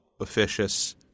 officious